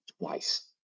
Twice